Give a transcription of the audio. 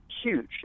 huge